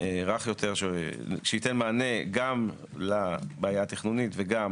רך יותר, שייתן מענה גם לבעיה התכנונית וגם